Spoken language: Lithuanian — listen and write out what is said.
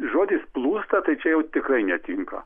žodis plūsta tai čia jau tikrai netinka